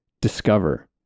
discover